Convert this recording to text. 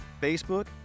Facebook